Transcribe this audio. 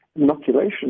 inoculation